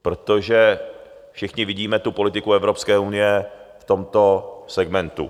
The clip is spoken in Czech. Protože všichni vidíme tu politiku Evropské unie v tomto segmentu.